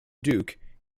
duke